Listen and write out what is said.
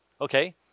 Okay